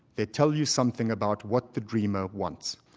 they tell you something about what the dreamer wants.